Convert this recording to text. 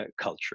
culture